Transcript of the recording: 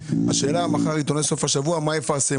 השאלה מה מחר עיתוני סוף השבוע יפרסמו,